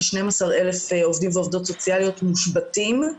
כ-12,000 עובדים ועובדות סוציאליים מושבתים.